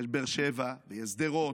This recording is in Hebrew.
יש באר שבע ויש שדרות,